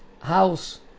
house